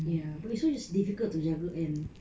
ya but also it's difficult to jaga ant